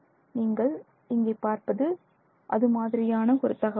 நீங்கள் இங்கே பார்ப்பது அது மாதிரியான ஒரு தகவல்களை